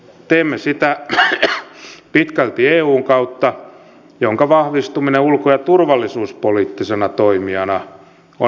teemme sitä pitkälti eun kautta jonka vahvistuminen ulko ja turvallisuuspoliittisena toimijana on meidänkin etumme